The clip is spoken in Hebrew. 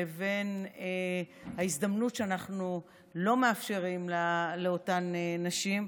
לבין ההזדמנות שאנחנו לא מאפשרים לאותן נשים,